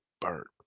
Bird